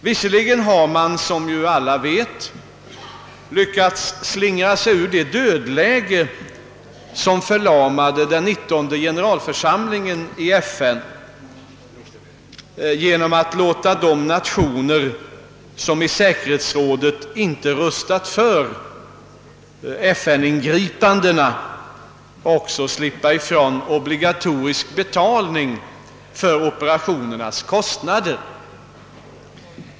Visserligen har man, som vi alla vet, lyckats slingra sig ur det dödläge, som förlamade den nittonde generalförsamlingen i FN, genom att låta de nationer som i säkerhetsrådet inte röstat för FN:s ingripande också slippa ifrån obligatorisk betalning för operationernas kostnader.